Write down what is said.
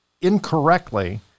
incorrectly